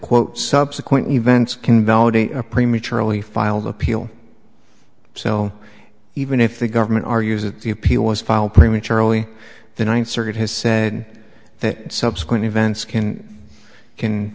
quote subsequent events can validate a prematurely filed appeal so even if the government argues that the appeal was filed prematurely the ninth circuit has said that subsequent events can can